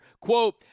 Quote